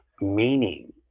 meaning